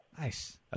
Nice